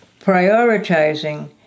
Prioritizing